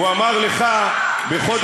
זה שמציג את עצמו כאיש פיוס